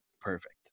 perfect